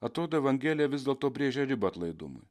atrodo evangelija vis dėlto brėžia ribą atlaidumui